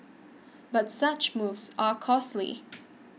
but such moves are costly